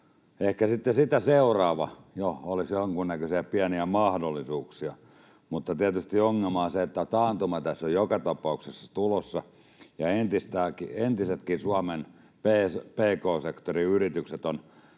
Ehkä sitten sitä seuraavalla olisi jo jonkunnäköisiä mahdollisuuksia, mutta tietysti ongelma on se, että taantuma tässä on joka tapauksessa tulossa, ja entisetkin Suomen pk-sektorin yritykset